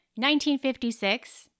1956